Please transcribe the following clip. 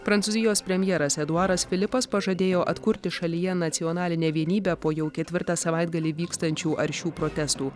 prancūzijos premjeras eduaras filipas pažadėjo atkurti šalyje nacionalinę vienybę po jau ketvirtą savaitgalį vykstančių aršių protestų